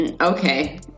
okay